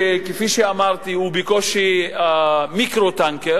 שכמו שאמרתי הוא בקושי "מיקרו-טנקר"